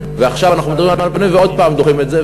ועכשיו אנחנו מדברים על פינוי ושוב דוחים את זה,